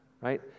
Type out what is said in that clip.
right